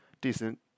decent